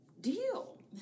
deal